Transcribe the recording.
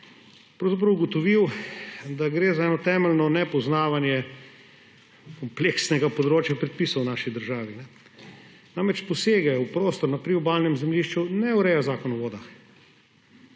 pravzaprav ugotovil, da gre za eno temeljno nepoznavanje kompleksnega področja predpisov v naši državi. Namreč posegov v prostor na priobalnem zemljišču ne ureja Zakon o vodah.